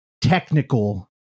technical